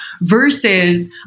versus